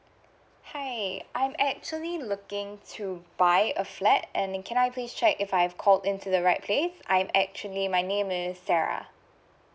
hi I'm actually looking to buy a flat and can I just check if I've called into the right place if I'm actually my name is sarah